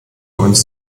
uns